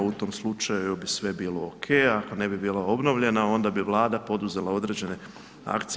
U tom slučaju bi sve bilo ok, a ako ne bi bila obnovljena onda bi Vlada poduzela određene akcije.